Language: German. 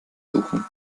suchen